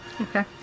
Okay